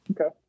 Okay